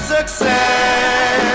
Success